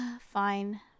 Fine